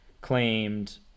claimed